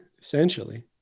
essentially